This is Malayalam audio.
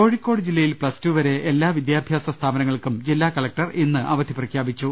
കോഴിക്കോട് ജില്ലയിൽ പ്ലസ്ടു വരെ എല്ലാ വിദ്യാഭ്യാസ സ്ഥാപന ങ്ങൾക്കും ജില്ലാ കലക്ടർ ഇന്ന് അവധി പ്രഖ്യാപിച്ചു